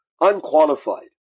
unqualified